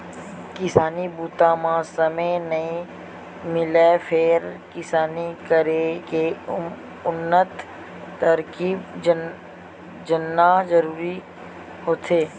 किसानी बूता म समे नइ मिलय फेर किसानी करे के उन्नत तरकीब जानना जरूरी होथे